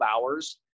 hours